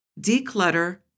Declutter